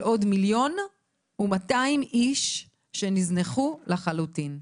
עוד מיליון מאתיים איש שנזנחו לחלוטין.